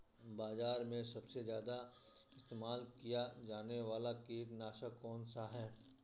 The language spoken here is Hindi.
बाज़ार में सबसे ज़्यादा इस्तेमाल किया जाने वाला कीटनाशक कौनसा है?